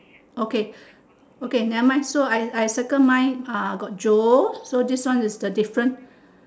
okay okay nevermind so I I circle mine ah got joe so this one is the different